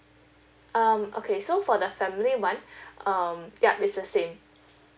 um okay so for the family [one] um yup it's the same